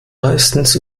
meistens